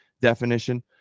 definition